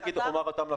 עופר,